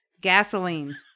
Gasoline